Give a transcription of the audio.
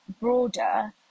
broader